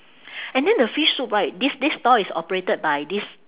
and then the fish soup right this this stall is operated by this